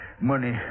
Money